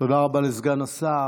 תודה רבה לסגן השר.